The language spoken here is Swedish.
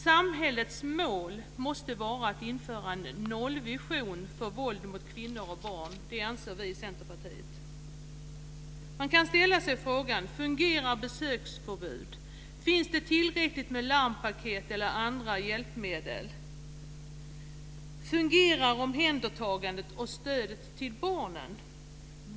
Samhällets mål måste vara att införa en nollvision för våld mot kvinnor och barn. Det anser vi i Centerpartiet. Man kan ställa sig frågan: Fungerar besöksförbud? Finns det tillräckligt med larmpaket och andra hjälpmedel? Fungerar omhändertagandet av och stödet till barnen?